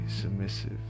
submissive